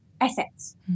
assets